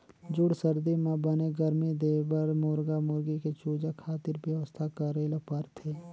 जूड़ सरदी म बने गरमी देबर मुरगा मुरगी के चूजा खातिर बेवस्था करे ल परथे